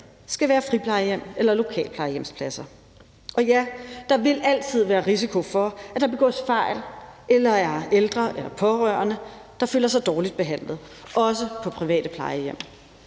skal være friplejehjem eller lokalplejehjemspladser. Og ja, der vil altid være risiko for, at der begås fejl, eller at der er ældre eller pårørende, der føler sig dårligt behandlet, også på private plejehjem.